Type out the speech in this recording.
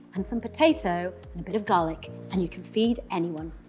and some potato and a bit of garlic, and you can feed anyone.